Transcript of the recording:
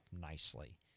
nicely